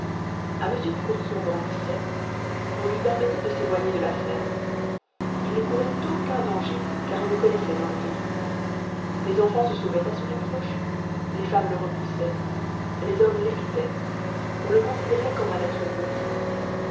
a mesure qu'ourson grandissait on lui permettait de s'éloigner de la ferme il ne courait aucun danger car on le connaissait dans le pays les enfants se sauvaient à son approche les femmes le repoussaient les hommes l'évitaient on le considérait comme un être maudit